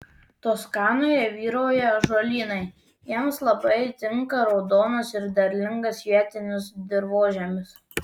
toskanoje vyrauja ąžuolynai jiems labai tinka raudonas ir derlingas vietinis dirvožemis